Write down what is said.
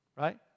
right